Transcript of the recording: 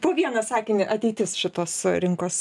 po vieną sakinį ateitis šitos rinkos